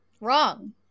Wrong